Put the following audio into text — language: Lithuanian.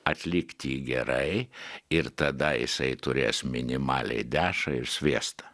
atlikt jį gerai ir tada jisai turės minimaliai dešrą ir sviestą